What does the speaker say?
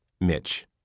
Mitch